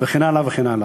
וכן הלאה וכן הלאה.